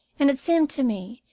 and it seemed to me,